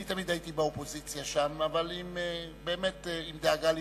אני תמיד הייתי שם באופוזיציה אבל עם דאגה לירושלים,